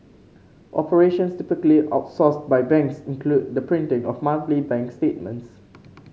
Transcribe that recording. operations typically outsourced by banks include the printing of monthly bank statements